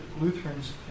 Lutherans